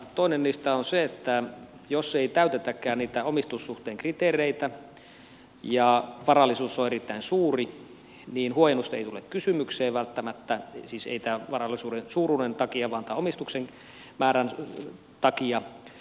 toinen niistä on se että jos ei täytetäkään niitä omistussuhteen kriteereitä ja varallisuus on erittäin suuri niin huojennus ei tule kysymykseen välttämättä siis ei varallisuuden suuruuden takia vaan omistuksen määrän takia